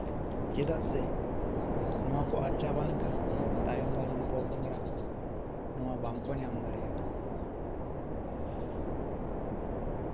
ᱪᱮᱫᱟᱜ ᱥᱮ ᱱᱚᱶᱟ ᱠᱚ ᱟᱫ ᱪᱟᱵᱟᱞᱮᱱ ᱠᱷᱟᱱ ᱛᱟᱭᱚᱢᱼᱫᱟᱨᱟᱢ ᱯᱚᱼᱯᱚᱝᱲᱟ ᱠᱚ ᱱᱚᱶᱟ ᱵᱟᱝᱠᱚ ᱧᱟᱢ ᱫᱟᱲᱮᱭᱟᱜᱼᱟ